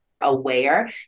aware